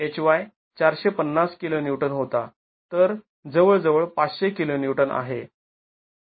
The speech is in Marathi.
Hy ४५० kN होता तर जवळजवळ ५०० kN आहे